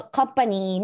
company